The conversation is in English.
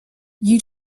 you